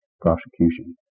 prosecution